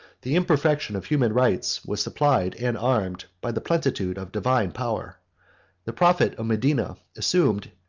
the imperfection of human rights was supplied and armed by the plenitude of divine power the prophet of medina assumed,